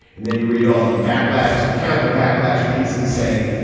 and then you read all the backlash to the counter backlash pieces saying,